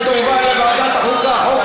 ותועבר לוועדת החוקה,